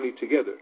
together